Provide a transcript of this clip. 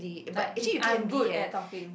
like if I'm good at talking